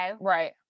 Right